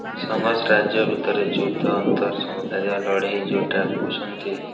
ସମସ୍ତ ରାଜ୍ୟ ଭିତରେ ଯୁଦ୍ଧ ଅର୍ନ୍ତ ସମୁଦାୟ ଦେୟ ଲଢ଼େଇ ଯେଉଁଟା କହୁଛନ୍ତି